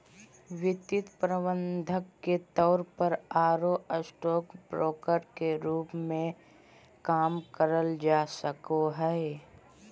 वित्तीय प्रबंधक के तौर पर आरो स्टॉक ब्रोकर के रूप मे काम करल जा सको हई